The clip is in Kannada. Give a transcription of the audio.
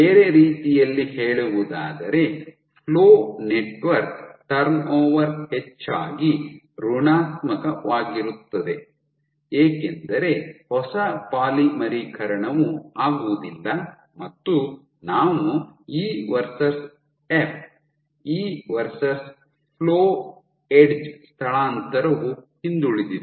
ಬೇರೆ ರೀತಿಯಲ್ಲಿ ಹೇಳುವುದಾದರೆ ಫ್ಲೋ ನೆಟ್ವರ್ಕ್ ಟರ್ನ್ಓವರ್ ಹೆಚ್ಚಾಗಿ ಋಣಾತ್ಮಕವಾಗಿರುತ್ತದೆ ಏಕೆಂದರೆ ಹೊಸ ಪಾಲಿಮರೀಕರಣವು ಆಗುವುದಿಲ್ಲ ಮತ್ತು ನಾವು E versus F E versus flow edge ಸ್ಥಳಾಂತರವು ಹಿಂದುಳಿದಿದೆ